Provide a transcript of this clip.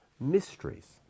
mysteries